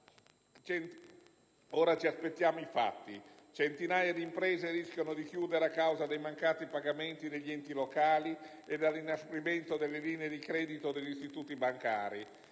Ora ci aspettiamo i fatti. Centinaia di imprese rischiano di chiudere a causa dei mancati pagamenti degli enti locali e dell'inasprimento delle linee di credito degli istituti bancari.